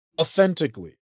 authentically